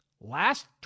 Last